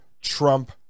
Trump